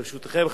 ברשותכם,